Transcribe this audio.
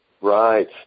Right